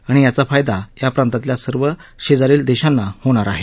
आणि याचा फायदा या प्रांतातल्या सर्वच शेजारील देशांना होणार आहे